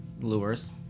lures